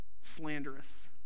Slanderous